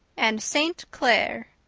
and st. clair.